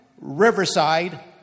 Riverside